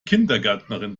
kindergärtnerin